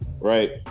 right